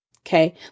Okay